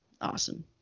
awesome